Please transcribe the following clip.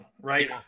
right